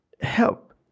help